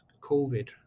COVID